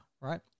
right